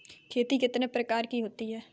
खेती कितने प्रकार की होती है?